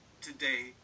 today